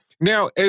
Now